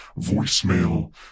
voicemail